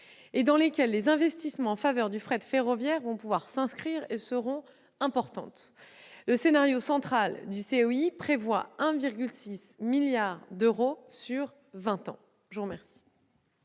dans lesquelles les investissements en faveur du fret ferroviaire pourront s'inscrire et seront importants- le scénario central du COI prévoit 1,6 milliard d'euros sur vingt ans.